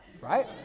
right